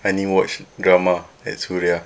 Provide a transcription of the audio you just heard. I only watch drama at suria